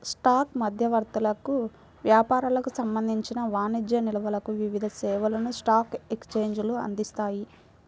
stock మధ్యవర్తులకు, వ్యాపారులకు సంబంధించిన వాణిజ్య నిల్వలకు వివిధ సేవలను స్టాక్ ఎక్స్చేంజ్లు అందిస్తాయి